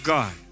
God